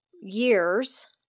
years